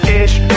ish